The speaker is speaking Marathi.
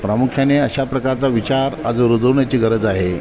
प्रामुख्याने अशा प्रकारचा विचार आज रुजवण्याची गरज आहे